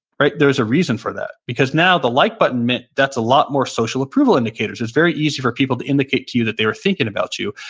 there was a reason for that because now, the like button meant that's a lot more social approval indicators. it's very easy for people to indicate to you that they were thinking about you.